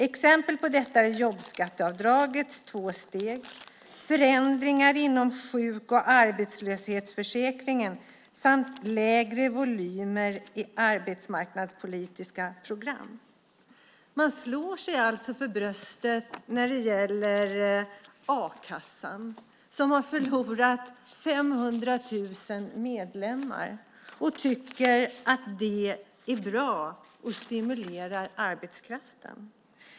Exempel på detta är jobbskatteavdragets två steg, förändringar inom sjuk och arbetslöshetsförsäkringen samt lägre volymer i arbetsmarknadspolitiska program. Man slår sig alltså för bröstet när det gäller a-kassan som har förlorat 500 000 medlemmar. Man tycker att det är bra och stimulerar arbetskraften.